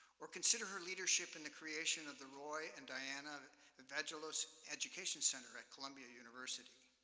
or consider her leadership in the creation of the roy and diana vagelos education center at columbia university.